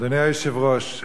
אדוני היושב-ראש,